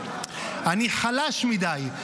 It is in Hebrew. אני חלש מדי,